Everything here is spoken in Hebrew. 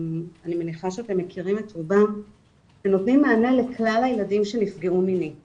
אני מניחה שאתם מכירים את רובם שנותנים מענה לכאלה ילדים שנפגעו מינית